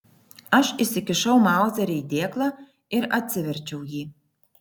aš įsikišau mauzerį į dėklą ir atsiverčiau jį